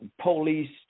police